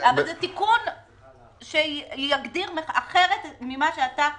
אבל זה תיקון שיגדיר אחרת ממה שאתה הגדרת.